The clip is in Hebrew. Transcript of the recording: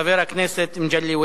חבר הכנסת מגלי והבה.